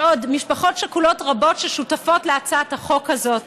יש עוד משפחות שכולות רבות ששותפות להצעת החוק הזאת,